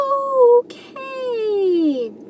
okay